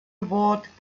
award